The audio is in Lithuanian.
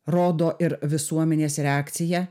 rodo ir visuomenės reakcija